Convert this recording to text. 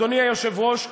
אדוני היושב-ראש,